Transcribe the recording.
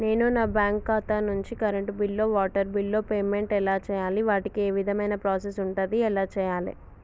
నేను నా బ్యాంకు ఖాతా నుంచి కరెంట్ బిల్లో వాటర్ బిల్లో పేమెంట్ ఎలా చేయాలి? వాటికి ఏ విధమైన ప్రాసెస్ ఉంటది? ఎలా చేయాలే?